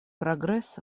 прогресс